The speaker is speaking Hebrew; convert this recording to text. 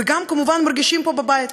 וגם כמובן מרגישים פה בבית.